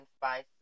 spice